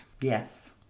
Yes